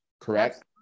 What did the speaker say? correct